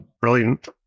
brilliant